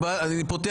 את